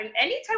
anytime